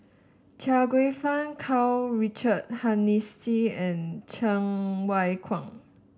Chia Kwek Fah Karl Richard Hanitsch and Cheng Wai Keung